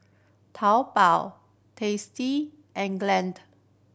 Taobao Tasty and Glade